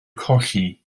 colli